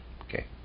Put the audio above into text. Okay